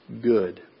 good